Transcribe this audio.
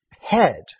head